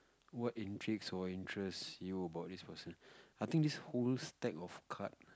what intrigues or interests you about this person I think this whole stack of card